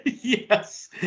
Yes